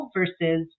versus